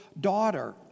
daughter